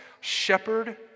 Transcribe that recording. shepherd